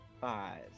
five